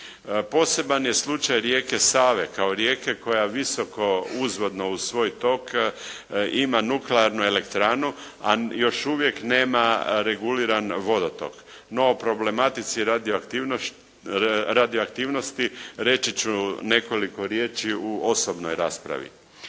Poseban je slučaj rijeke Save kao rijeke koja visoko uzvodno uz svoj tok ima nuklearnu elektranu, a još uvijek nema reguliran vodotok. No o problematici radioaktivnosti reći ću nekoliko riječi u osobnoj raspravi.